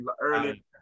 early